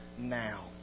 now